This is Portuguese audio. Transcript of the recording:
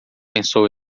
pensou